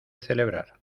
celebrar